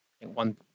One